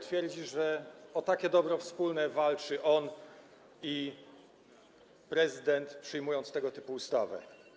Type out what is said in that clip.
Twierdzi, że o takie dobro wspólne walczą on i prezydent, przyjmując tego typu ustawę.